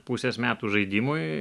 pusės metų žaidimui